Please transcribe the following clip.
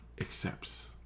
accepts